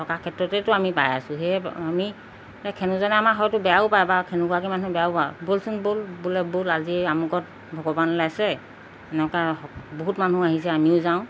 থকা ক্ষেত্ৰতেতো আমি পাই আছোঁ সেয়ে আমি খেনোজনে আমাৰ হয়তো বেয়াও পায় বা খেনেকুৱাকী মানুহ বেয়াও পায় ব'লচোন ব'ল বোলে ব'ল আজি আমুকত ভগৱান ওলাইছে এনেকুৱা বহুত মানুহ আহিছে আমিও যাওঁ